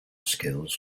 skills